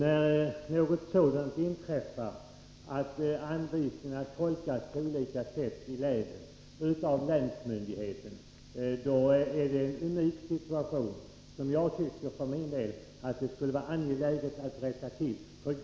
Fru talman! När anvisningarna av länsmyndigheterna tolkas på olika sätt i de olika länen är det en unik situation. Jag anser att det är angeläget att rätta till detta.